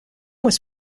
was